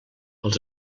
els